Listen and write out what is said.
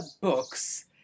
books